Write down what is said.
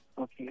Okay